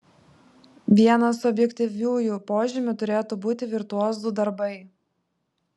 vienas objektyviųjų požymių turėtų būti virtuozų darbai